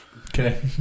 Okay